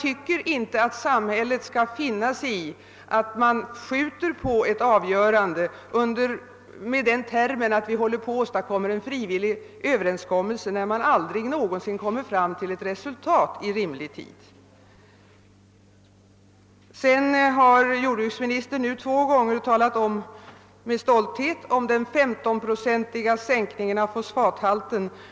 Men jag anser att samhället inte skall finna sig i att man skjuter på ett avgörande med den motiveringen att vi håller på att träffa en frivillig överenskommelse, när vi aldrig någonsin, eller i varje fall inte inom rimlig tid, kommer fram till ett resultat. Slutligen har jordbruksministern nu två gånger med stolthet talat om den 15 procentiga sänkning av fosfathalten som skett.